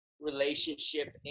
relationship